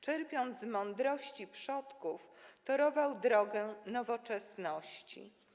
Czerpiąc z mądrości przodków, torował drogę nowoczesności.